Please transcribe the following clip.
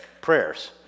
prayers